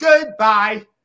Goodbye